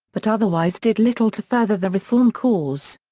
but otherwise did little to further the reform cause.